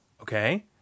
okay